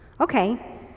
Okay